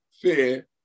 fear